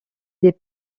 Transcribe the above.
des